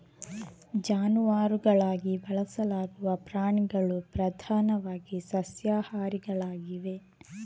ಜಾನುವಾರುಗಳಾಗಿ ಬಳಸಲಾಗುವ ಪ್ರಾಣಿಗಳು ಪ್ರಧಾನವಾಗಿ ಸಸ್ಯಾಹಾರಿಗಳಾಗಿವೆ